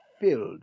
filled